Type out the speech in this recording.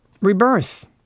rebirth